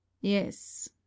yes